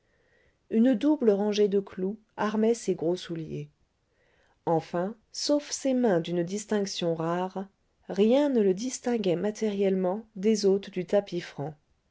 une double rangée de clous armait ses gros souliers enfin sauf ses mains d'une distinction rare rien ne le distinguait matériellement des hôtes du